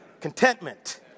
Contentment